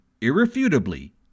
irrefutably